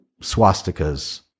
swastikas